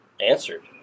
answered